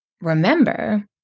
remember